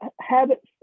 habits